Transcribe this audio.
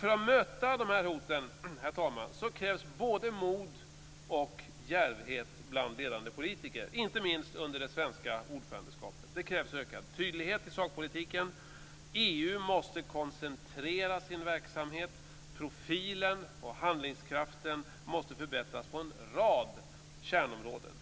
För att möta hoten, herr talman, krävs både mod och djärvhet bland ledande politiker - inte minst under det svenska ordförandeskapet. Det krävs ökad tydlighet i sakpolitiken. EU måste koncentrera sin verksamhet, profilen och handlingskraften måste förbättras på en rad kärnområden.